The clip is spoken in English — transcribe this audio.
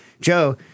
Joe